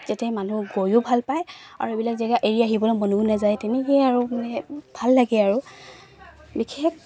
যাতে মানুহ গৈও ভাল পায় আৰু এইবিলাক জেগা এৰি আহিবলৈ মনো নাযায় তেনেকৈ আৰু মানে ভাল লাগে আৰু বিশেষ